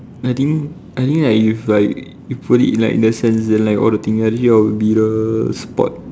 I think I think like if like you put it in like the sense that like all the thing then it will be the support